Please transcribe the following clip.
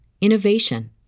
innovation